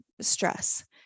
stress